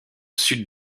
sud